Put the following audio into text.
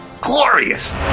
glorious